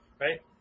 Right